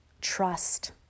trust